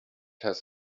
has